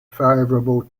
favourable